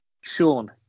Sean